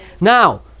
Now